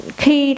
khi